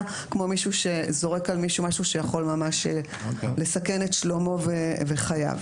כמו מישהו שזורק על מישהו משהו שממש יכול לסכן את שלומו וחייו.